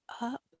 up